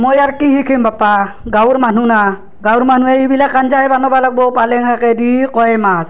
মই আৰু কি শিকিম বাপা গাঁৱৰ মানুহ ন গাঁৱৰ মানুহ সেইগিলাক আঞ্জায়ে বনাব লাগিব পালেং শাকেদি কাৱৈ মাছ